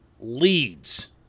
leads